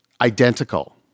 identical